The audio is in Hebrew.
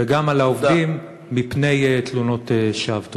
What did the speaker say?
וגם על העובדים מפני תלונות שווא.